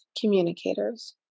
communicators